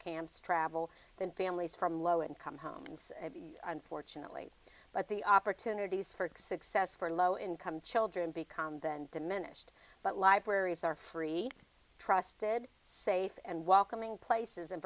camps travel than families from low income homes unfortunately but the opportunities for success for low income children become then diminished but libraries are free trusted safe and welcoming places